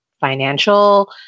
financial